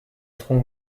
tronc